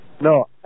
No